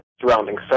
surrounding